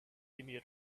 timmy